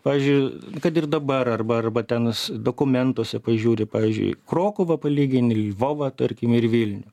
pavyzdžiui kad ir dabar arba arba tenais dokumentuose pažiūri pavyzdžiui krokuvą palygini lvovą tarkim ir vilnių